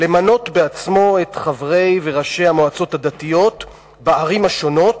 למנות בעצמו את חברי וראשי המועצות הדתיות בערים השונות,